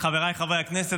חבריי חברי הכנסת,